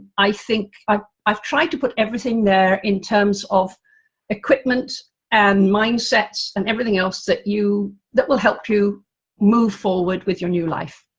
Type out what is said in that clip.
i think i've i've tried to put everything there, in terms of equipment and mindsets and everything else, that you, you, that will help you move forward with your new life.